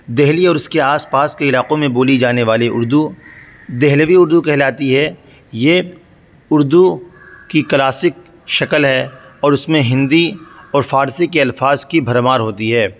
دہلی اور اس کے آس پاس کے علاقوں میں بولی جانے والی اردو دہلوی اردو کہلاتی ہے یہ اردو کی کلاسک شکل ہے اور اس میں ہندی اور فارسی کے الفاظ کی بھرمار ہوتی ہے